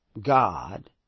God